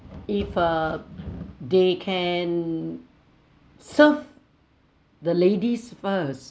if uh they can serve the ladies first